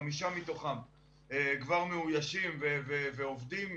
חמישה מתוכם כבר מאוישים ועובדים,